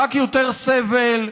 רק יותר סבל,